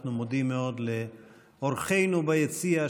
אנחנו מודים מאוד לאורחינו ביציע,